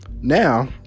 now